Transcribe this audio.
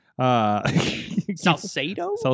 Salcedo